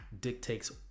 dictates